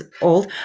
old